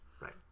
Right